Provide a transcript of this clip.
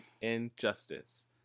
injustice